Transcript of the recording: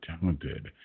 talented